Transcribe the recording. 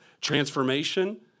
transformation